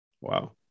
wow